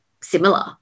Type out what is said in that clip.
similar